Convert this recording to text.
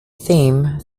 theme